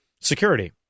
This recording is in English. security